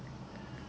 ah